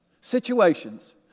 situations